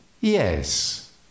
Yes